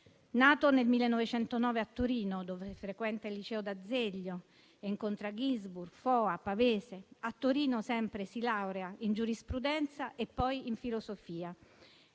Nasce nel 1909 a Torino, dove frequenta il liceo D'Azeglio e incontra Ginsburg, Foa, Pavese. Sempre a Torino si laurea in giurisprudenza e poi in filosofia.